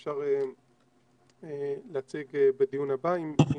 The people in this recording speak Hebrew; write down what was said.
אבל אפשר להציג בדיון הבא אם --- לא,